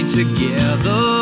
together